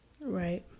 Right